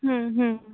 હં હં